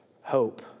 Hope